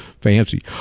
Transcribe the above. fancy